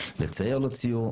לצייר לו ציור,